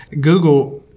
Google